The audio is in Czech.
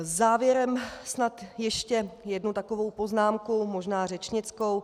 Závěrem snad ještě jednu takovou poznámku, možná řečnickou.